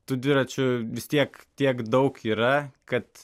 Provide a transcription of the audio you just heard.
tų dviračių vis tiek tiek daug yra kad